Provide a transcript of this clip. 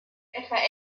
etwa